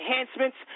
enhancements